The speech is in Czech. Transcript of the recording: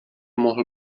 mohl